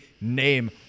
name